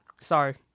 Sorry